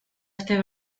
usted